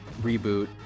reboot